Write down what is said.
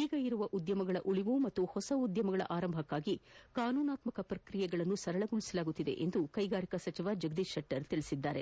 ಈಗಿರುವ ಉದ್ಯಮಗಳ ಉಳಿವು ಹಾಗೂ ಹೊಸ ಉದ್ಯಮಗಳ ಆರಂಭಕ್ಕಾಗಿ ಕಾನೂನಾತ್ಮಕ ಪ್ರಕ್ರಿಯೆಗಳನ್ನು ಸರಳಗೊಳಿಸಲಾಗುತ್ತಿದೆ ಎಂದು ಕೈಗಾರಿಕಾ ಸಚಿವ ಜಗದೀಶ ಶೆಟ್ಟರ್ ತಿಳಿಸಿದ್ದಾರೆ